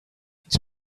it’s